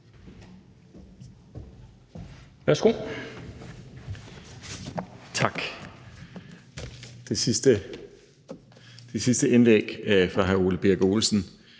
Tak. Det sidste indlæg fra hr. Ole Birk Olesen